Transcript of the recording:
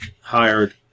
hired